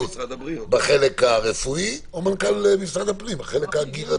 בחלק הרפואי או מנכ"ל משרד הפנים בחלק הקהילתי.